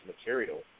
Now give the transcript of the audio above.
material